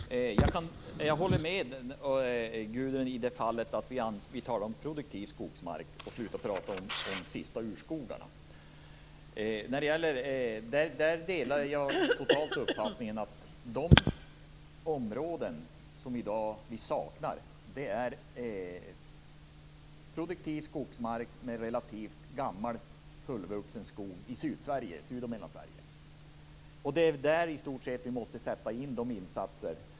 Fru talman! Jag håller med Gudrun Lindvall i det fall vi talar om produktiv skogsmark och slutar prata om de sista urskogarna. Jag delar totalt uppfattningen att de områden som vi i dag saknar är produktiv skogsmark med relativt gammal, fullvuxen skog i Syd och Mellansverige. Det är i stort sett där som vi måste sätta in insatser.